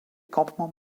campements